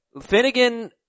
Finnegan